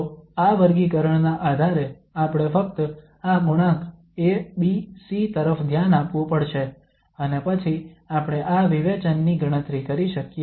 તો આ વર્ગીકરણના આધારે આપણે ફક્ત આ ગુણાંક A B C તરફ ધ્યાન આપવું પડશે અને પછી આપણે આ વિવેચન ની ગણતરી કરી શકીએ